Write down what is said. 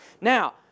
Now